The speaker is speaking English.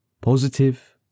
Positive